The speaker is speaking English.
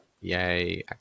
Yay